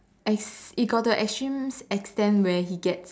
ex~ it got to a extreme extent where he gets